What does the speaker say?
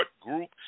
group